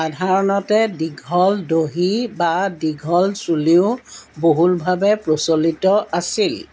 সাধাৰণতে দীঘল দহি বা দীঘল চুলিও বহুলভাৱে প্ৰচলিত আছিল